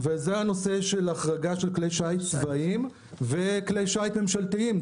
זה הנושא של החרגה של כלי שיט צבאיים וכלי שיט ממשלתיים.